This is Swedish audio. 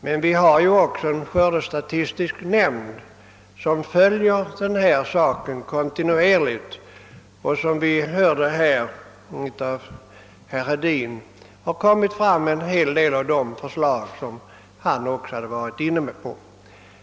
Men vi har ju också en skördestatistisk nämnd som följer denna sak kontinuerligt. Som vi hörde här av herr Hedin har den framlagt en hel del av de förslag som han också hade varit inne på.